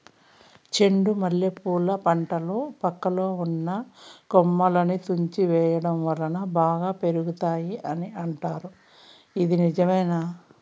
చెండు మల్లె పూల పంటలో పక్కలో ఉన్న కొమ్మలని తుంచి వేయటం వలన బాగా పెరుగుతాయి అని అంటారు ఇది నిజమా?